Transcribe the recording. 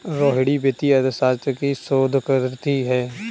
रोहिणी वित्तीय अर्थशास्त्र की शोधार्थी है